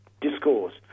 discourse